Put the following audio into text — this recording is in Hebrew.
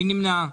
מי נמנע?